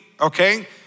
Okay